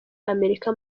amerika